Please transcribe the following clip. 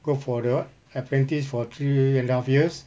go for the what apprentice for three and the half years